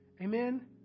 amen